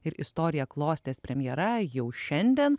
ir istoriją klostės premjera jau šiandien